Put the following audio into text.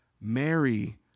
Mary